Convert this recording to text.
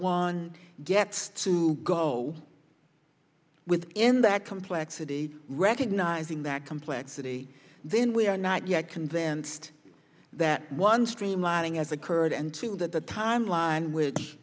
juan gets to go within that complexity recognizing that complexity then we are not yet convinced that one streamlining has occurred and two that the timeline which